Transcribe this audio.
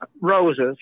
roses